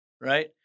right